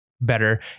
better